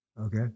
Okay